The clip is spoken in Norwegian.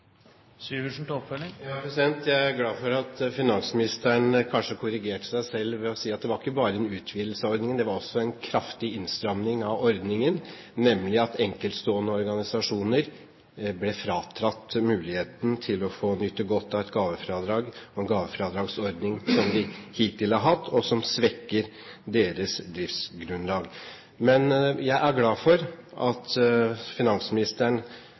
Jeg er glad for at finansministeren kanskje korrigerte seg selv ved å si at det ikke bare er en utvidelse av ordningen, det er også en kraftig innstramming av ordningen, nemlig at enkeltstående organisasjoner blir fratatt muligheten til å nyte godt av et gavefradrag, med den ordningen vi hittil har hatt, noe som svekker deres driftsgrunnlag. Men jeg er glad for at finansministeren